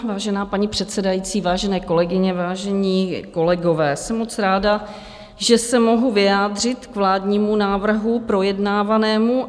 Vážená paní předsedající vážené kolegyně, vážení kolegové, jsem moc ráda, že se mohu vyjádřit k vládnímu návrhu projednávanému.